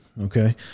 okay